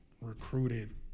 recruited